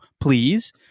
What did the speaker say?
please